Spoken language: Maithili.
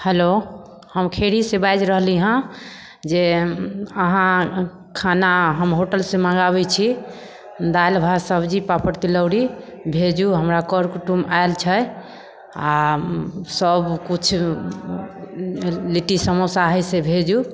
हेलो हम खैरीसँ बाजि रहली हँ जे अहाँ खाना हम होटलसँ मङ्गाबै छी दालि भात सब्जी पापड़ तिलौरी भेजू हमरा कर कुटुम्ब आयल छथि आओर सभ किछु लिट्टी समोसा है से भेजू